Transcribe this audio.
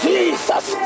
Jesus